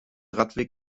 radweg